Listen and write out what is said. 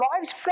lives